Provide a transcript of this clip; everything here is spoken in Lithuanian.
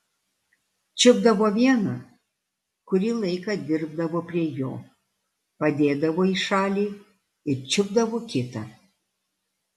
čiupdavo vieną kurį laiką dirbdavo prie jo padėdavo į šalį ir čiupdavo kitą